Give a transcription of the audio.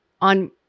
on